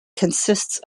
consists